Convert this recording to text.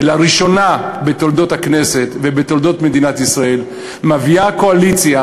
ולראשונה בתולדות הכנסת ובתולדות מדינת ישראל מביאה הקואליציה